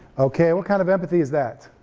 okay what kind of empathy is that?